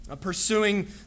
Pursuing